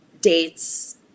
dates